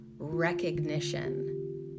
recognition